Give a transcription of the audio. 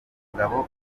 mugabo